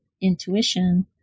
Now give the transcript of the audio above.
intuition